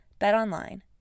BetOnline